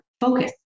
focus